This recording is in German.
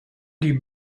die